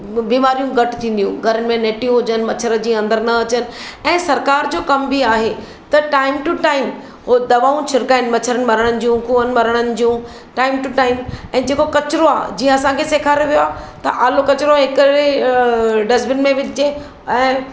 बीमारियूं घटि थींदियूं घरनि में नेटियूं हुजनि मच्छर जीअं अंदरि न अचनि ऐं सरकारि जो कमु बि आहे त टाइम टू टाइम उ दवाऊं छिड़काइनि मच्छर मारण जूं कुअनि मरण जूं टाइम टू टाइम ऐं जेको कचिरो आहे जीअं असांखे सेखारियो वियो आहे त आलो कचिरो हिकिड़े डस्ट बिन में विझिजे ऐं